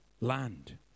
land